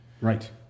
Right